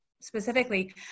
specifically